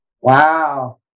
Wow